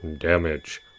damage